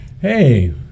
Hey